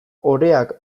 oreak